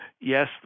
Yes